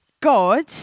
God